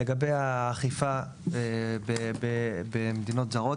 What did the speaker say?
לגבי האכיפה במדינות זרות